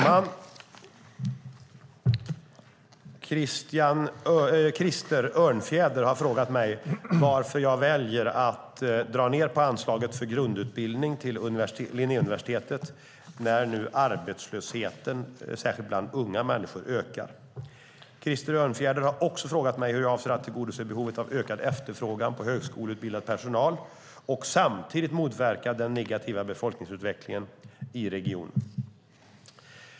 Fru talman! Krister Örnfjäder har frågat mig varför jag väljer att dra ned på anslaget för grundutbildning till Linnéuniversitetet när nu arbetslösheten, särskilt bland unga människor, ökar. Krister Örnfjäder har också frågat mig hur jag avser att tillgodose behovet av ökad efterfrågan på högskoleutbildad personal och samtidigt motverka den negativa befolkningsutvecklingen i regionen.